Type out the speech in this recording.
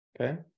Okay